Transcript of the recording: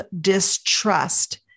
distrust